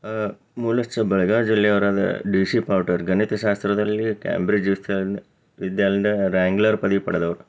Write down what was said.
ಮೂಲಸ್ಥ ಬೆಳಗಾವಿ ಜಿಲ್ಲೆಯವರಾದರೂ D C ಪಾವಟೆಯವ್ರು ಗಣಿತಶಾಸ್ತ್ರದಲ್ಲಿ ಕೇಂಬ್ರಿಜ್ ವಿಶ್ವ ವಿದ್ಯಾಲಯದಿಂದ ವ್ರ್ಯಾಂಗ್ಲರ್ ಪದವಿ ಪಡೆದವ್ರು